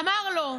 אמר לו: